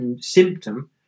symptom